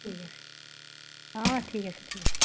ঠিক আছে অঁ ঠিক আছে ঠিক আছে